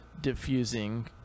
diffusing